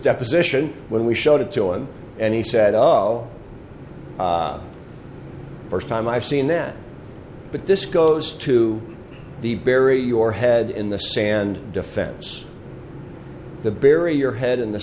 deposition when we showed it to him and he said uh oh first time i've seen then but this goes to the bury your head in the sand defense the bury your head in the